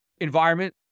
environment